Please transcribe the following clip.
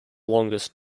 longest